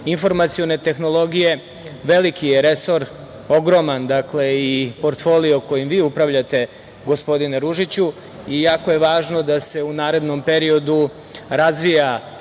informacione tehnologije. Veliki je resor, ogroman i portfolijo kojim vi upravljate gospodine Ružiću. Jako je važno da se u narednom periodu razvija